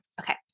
Okay